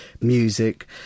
music